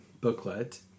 booklet